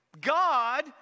God